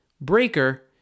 Breaker